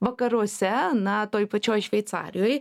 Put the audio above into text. vakaruose na toj pačioj šveicarijoj